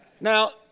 Now